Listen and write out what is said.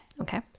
Okay